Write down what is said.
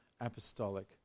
apostolic